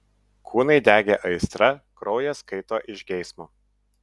kūnai degė aistra kraujas kaito iš geismo